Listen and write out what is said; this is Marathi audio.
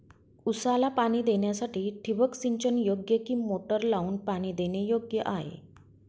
ऊसाला पाणी देण्यासाठी ठिबक सिंचन योग्य कि मोटर लावून पाणी देणे योग्य आहे?